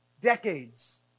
Decades